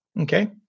Okay